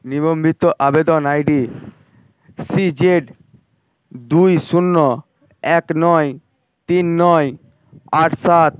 নিবন্ধিত আবেদন ID C Z দুই শূন্য এক নয় তিন নয় আট সাত